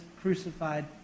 crucified